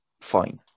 fine